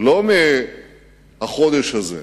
לא מהחודש הזה.